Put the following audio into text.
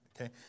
Okay